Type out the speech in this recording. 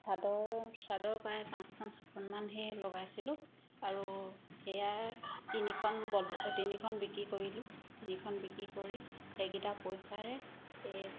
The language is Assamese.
চাদৰ চাদৰ প্ৰায় পাঁচখন ছখনমান সেই লগাইছিলোঁ আৰু সেইয়াৰ তিনিখন ব'লোঁ তিনিখন বিক্ৰী কৰিলোঁ তিনিখন বিক্ৰী কৰি সেইকেইটা পইচাৰে এই